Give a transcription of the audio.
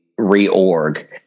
reorg